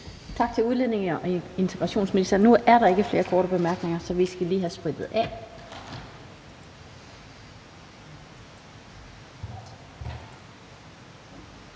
Tak til udlændinge- og integrationsministeren. Nu er der ikke flere korte bemærkninger, så vi skal lige have sprittet af.